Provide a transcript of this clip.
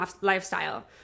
lifestyle